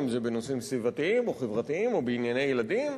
אם זה בנושאים סביבתיים או חברתיים או בענייני ילדים.